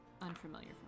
unfamiliar